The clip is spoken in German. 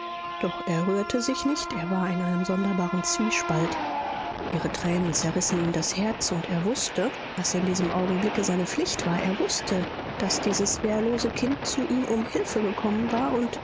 doch er rührte sich nicht er war in einem sonderbaren zwiespalt ihre tränen zerrissen ihm das herz und er wußte was in diesem augenblicke seine pflicht war er wußte daß dieses wehrlose kind zu ihm um hilfe gekommen war und